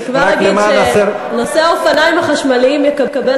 אני כבר אגיד שנושא האופניים החשמליים יקבל